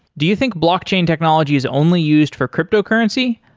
do you think blockchain technology is only used for cryptocurrency?